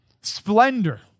splendor